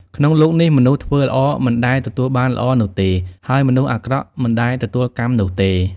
ក្នុងលោកនេះ មនុស្សធ្វើល្អមិនដែលទទួលបានល្អនោះទេ ហើយមនុស្សអាក្រក់មិនដែលទទួលកម្មនោះទេ។